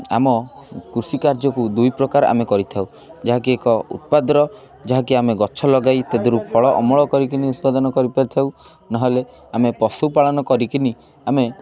ଆମ କୃଷି କାର୍ଯ୍ୟକୁ ଦୁଇ ପ୍ରକାର ଆମେ କରିଥାଉ ଯାହାକି ଏକ ଉତ୍ପାଦର ଯାହାକି ଆମେ ଗଛ ଲଗାଇ ତାଧିଅରୁ ଫଳ ଅମଳ କରିକିନି ଉତ୍ପାଦନ କରିପାରିଥାଉ ନହେଲେ ଆମେ ପଶୁପାଳନ କରିକିନି ଆମେ